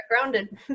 grounded